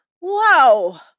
wow